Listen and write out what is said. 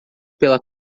pela